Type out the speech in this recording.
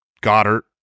Goddard